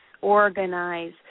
organize